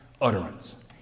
utterance